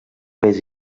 pes